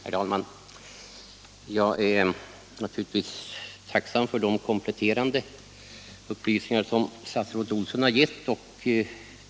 Herr talman! Jag är naturligtvis tacksam för de kompletterande upplysningar som statsrådet Olsson har lämnat.